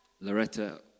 Loretta